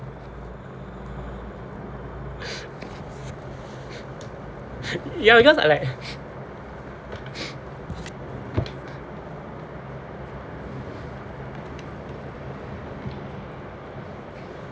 ya because I like